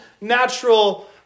natural